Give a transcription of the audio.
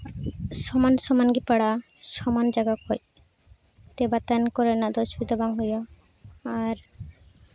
ᱥᱚᱢᱟᱱ ᱥᱚᱢᱟᱱ ᱜᱮ ᱯᱟᱲᱟᱜᱼᱟ ᱥᱚᱢᱟᱱ ᱡᱟᱭᱜᱟ ᱠᱷᱚᱡ ᱚᱱᱟᱛᱮ ᱵᱟᱛᱟᱱ ᱠᱚᱨᱮᱱᱟᱜ ᱫᱚ ᱚᱥᱩᱵᱤᱫᱷᱟ ᱵᱟᱝ ᱦᱩᱭᱩᱜᱼᱟ ᱟᱨ